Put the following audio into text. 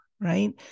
right